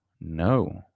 No